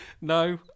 No